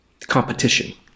competition